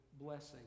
blessing